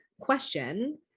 Question